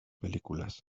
películas